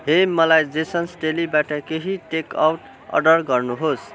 हे मलाई जेसन्स डेलीबाट केही टेक आउट अर्डर गर्नुहोस